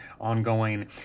ongoing